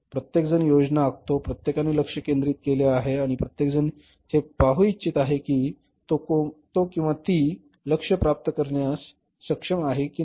प्रत्येकजण योजना आखतो प्रत्येकाने लक्ष्य निश्चित केले आहे आणि प्रत्येकजण हे पाहू इच्छित आहे की टणक तो किंवा ती लक्ष्य प्राप्त करण्यास सक्षम आहे की नाही